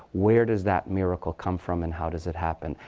where does that miracle come from? and how does it happen?